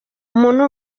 umuntu